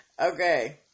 Okay